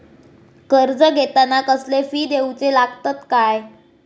कर्ज घेताना कसले फी दिऊचे लागतत काय?